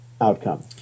outcome